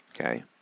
Okay